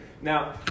Now